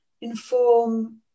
inform